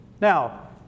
Now